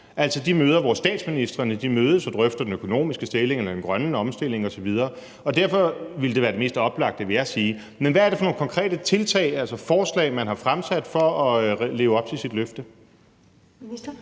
altså de møder, hvor statsministrene mødes og drøfter den økonomiske stilling eller den grønne omstilling osv., og derfor ville det være det mest oplagte, ville jeg sige. Men hvad er det for nogle konkrete tiltag, altså forslag, man har fremsat for at leve op til sit løfte?